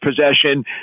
possession